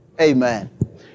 Amen